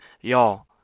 Y'all